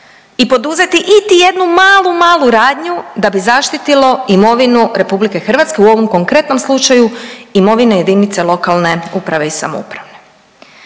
i poduzeti iti jednu malu, malu radnju da bi zaštitilo imovinu RH u ovom konkretnom slučaju imovine jedinice lokalne uprave i samouprave.